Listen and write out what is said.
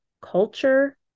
culture